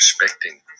respecting